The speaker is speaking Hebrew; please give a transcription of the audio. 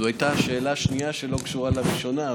זו הייתה שאלה שנייה שלא קשורה לראשונה,